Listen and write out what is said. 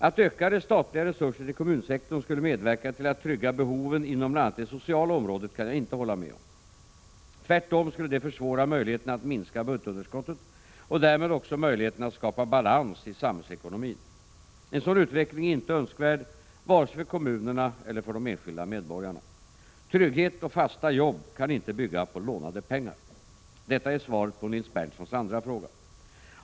Att ökade statliga resurser till kommunsektorn skulle medverka till att trygga behoven inom bl.a. det sociala området kan jag inte hålla med om. Tvärtom skulle det försvåra möjligheterna att minska budgetunderskottet och därmed också möjligheterna att skapa balans i samhällsekonomin. En sådan utveckling är inte önskvärd, vare sig för kommunerna eller för de enskilda medborgarna. Trygghet och fasta jobb kan inte bygga på lånade pengar. Detta är svaret på Nils Berndtsons andra fråga.